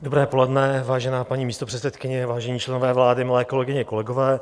Dobré poledne, vážená paní místopředsedkyně, vážení členové vlády, milé kolegyně, kolegové.